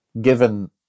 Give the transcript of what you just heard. given